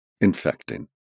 infecting